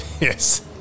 yes